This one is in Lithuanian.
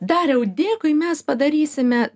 dariau dėkui mes padarysime